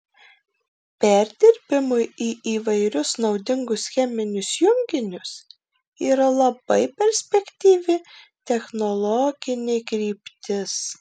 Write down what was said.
perdirbimui į įvairius naudingus cheminius junginius yra labai perspektyvi technologinė kryptis